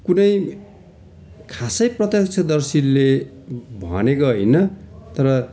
कुनै खासै प्रत्यक्षदर्शीले भनेको होइन तर